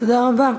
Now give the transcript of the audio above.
תודה רבה.